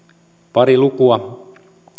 pari lukua